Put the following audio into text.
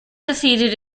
defeated